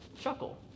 chuckle